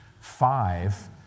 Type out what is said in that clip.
five